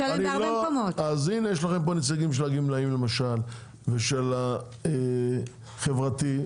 יש לכם כאן נציגים של הגמלאים למשל ונציגים חברתיים.